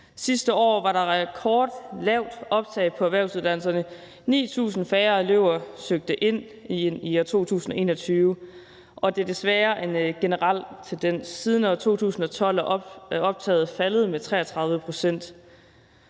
Sidste år var der rekordlavt optag på erhvervsuddannelserne, 9.000 færre elever søgte ind i år 2021, og det er desværre en generel tendens. Siden 2012 er optaget faldet med 33 pct.